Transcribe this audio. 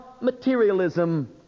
materialism